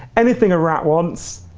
anything a rat wants,